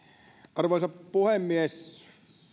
arvoisa puhemies